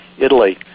Italy